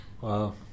Wow